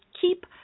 keep